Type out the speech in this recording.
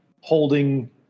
holding